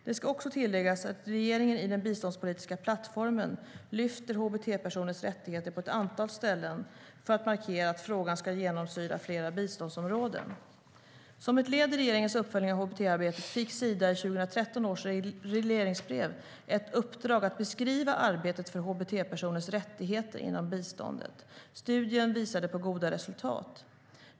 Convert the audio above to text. Det ska också tilläggas att regeringen i den biståndspolitiska plattformen lyfter hbt-personers rättigheter på ett antal ställen för att markera att frågan ska genomsyra flera biståndsområden. Som ett led i regeringens uppföljning av hbt-arbetet fick Sida i 2013 års regleringsbrev ett uppdrag att beskriva arbetet för hbt-personers rättigheter inom biståndet. Studien visade på goda resultat.